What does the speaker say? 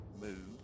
move